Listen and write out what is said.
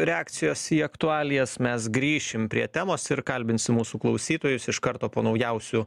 reakcijos į aktualijas mes grįšim prie temos ir kalbinsim mūsų klausytojus iš karto po naujausių